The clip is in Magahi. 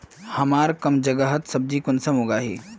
हमार कम जगहत सब्जी कुंसम उगाही?